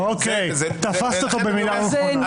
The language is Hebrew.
תפסת במילה לא נכונה.